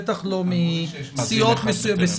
בטח לא מסיעות מסוימות.